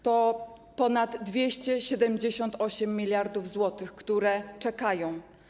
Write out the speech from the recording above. To ponad 278 mld zł, które czekają.